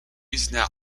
using